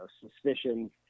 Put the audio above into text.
suspicion